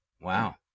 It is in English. wow